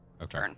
Okay